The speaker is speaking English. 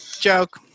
joke